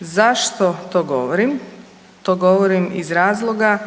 Zašto to govorim? To govorim iz razloga